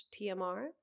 tmr